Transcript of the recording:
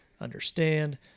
understand